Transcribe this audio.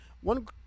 one